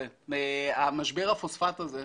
משבר הפוספט הזה,